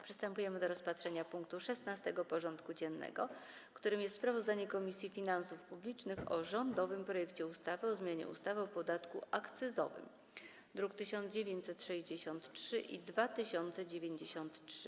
Przystępujemy do rozpatrzenia punktu 16. porządku dziennego: Sprawozdanie Komisji Finansów Publicznych o rządowym projekcie ustawy o zmianie ustawy o podatku akcyzowym (druki nr 1963 i 2093)